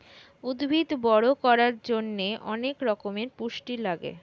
উদ্ভিদ বড় করার জন্যে অনেক রকমের পুষ্টি লাগে